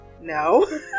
No